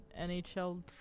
NHL